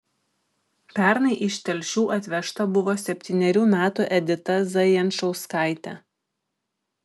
pernai iš telšių atvežta buvo septynerių metų edita zajančauskaitė